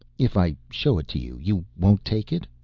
if i show it to you, you won't take it?